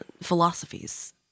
philosophies